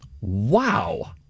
Wow